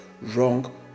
wrong